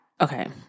okay